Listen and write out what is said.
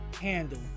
handle